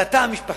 על התא המשפחתי.